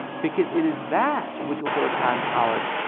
because it is that which authoritarian powers,